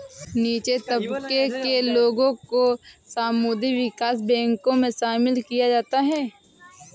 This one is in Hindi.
नीचे तबके के लोगों को सामुदायिक विकास बैंकों मे शामिल किया जाता है